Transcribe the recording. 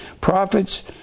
prophets